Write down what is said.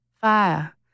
Fire